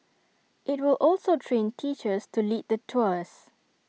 IT will also train teachers to lead the tours